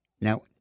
Now